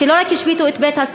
שלא רק השביתו את בית-הספר,